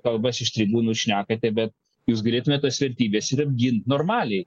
kalbas iš tribūnų šnekate bet jūs galėtumėt tas vertybes ir apgint normaliai